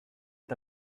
est